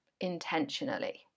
intentionally